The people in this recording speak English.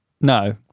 no